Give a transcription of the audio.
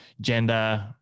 gender